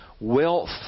Wealth